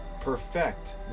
perfect